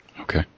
Okay